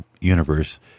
universe